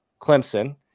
Clemson